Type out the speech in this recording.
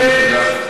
אדוני, תודה.